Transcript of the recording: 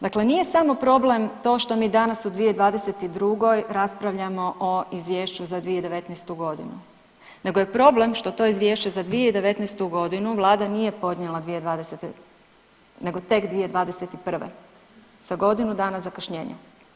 Dakle, nije samo problem to što mi danas u 2022.g. raspravljamo o Izvješću za 2019. g. nego je problem što to Izvješće za 2019. g. Vlada nije podnijela 2020., nego tek 2021. sa godinu dana zakašnjenja.